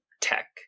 tech